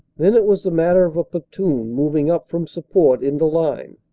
then it was the matter of a platoon, moving up from sup port into line.